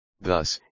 thus